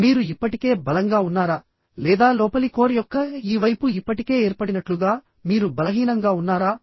మీరు ఇప్పటికే బలంగా ఉన్నారా లేదా లోపలి కోర్ యొక్క ఈ వైపు ఇప్పటికే ఏర్పడినట్లుగా మీరు బలహీనంగా ఉన్నారా